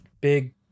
big